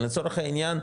לצורך העניין,